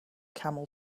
camel